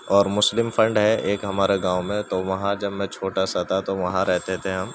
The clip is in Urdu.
اور مسلم فنڈ ہے ایک ہمارا گاؤں میں تو وہاں جب میں چھوٹا سا تو وہاں رہتے تھے ہم